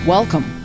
Welcome